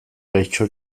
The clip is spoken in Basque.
gaixo